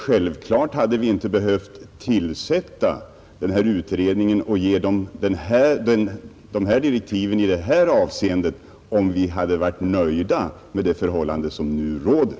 Självklart hade vi inte behövt ge bygglagutredningen direktiv i det här avseendet, om vi hade varit nöjda med det förhållande som nu råder.